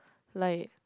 like